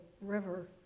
river